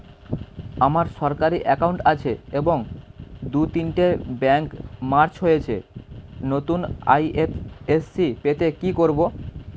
আমার সরকারি একাউন্ট আছে এবং দু তিনটে ব্যাংক মার্জ হয়েছে, নতুন আই.এফ.এস.সি পেতে কি করব?